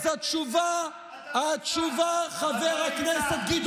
אז התשובה, התשובה היא כן.